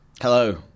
Hello